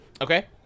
Okay